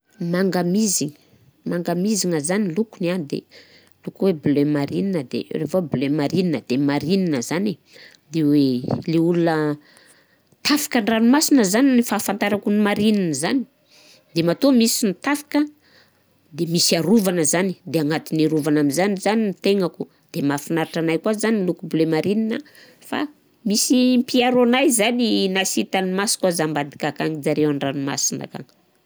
Manga mizy, manga mizigny zany lokony an de loko hoe bleu marine de refa bleu marine de marine zany e, de hoe le olona tafika an-dranomasigny zany ny fahafantarako ny marine zany de matoa misy ny tafika de misy arovana zany, de agnatiny arovagna am'zany zany ny tegnako. De mahafinaritra anahy koà zany ny loko bleu marine fa misy mpiaro anahy zany e na sy hitan'ny masoko aza ambadika akagny zareo an-dranomasigna akany.